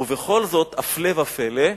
ובכל זאת, הפלא ופלא,